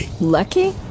Lucky